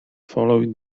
followed